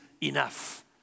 enough